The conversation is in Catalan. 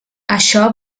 això